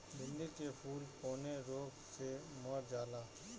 भिन्डी के फूल कौने रोग से मर जाला?